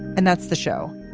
and that's the show.